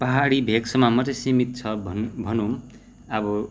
पाहाडी भेकसम्म मात्रै सिमित छ भनौँ अब